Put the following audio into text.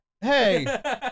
Hey